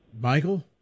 Michael